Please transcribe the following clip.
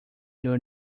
during